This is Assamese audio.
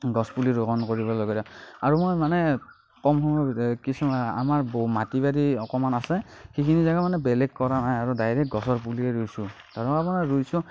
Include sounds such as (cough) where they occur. গছ পুলি ৰোপণ কৰিব (unintelligible) আৰু মই মানে কম সময়ৰ ভিতৰতে কিছুমান আমাৰ ব মাটি বাৰী অকণমান আছে সেইখিনি জেগা মানে বেলেগ কৰা নাই আৰু ডাইৰেক্ট গছৰ পুলিয়েই ৰুইছো (unintelligible)